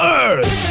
earth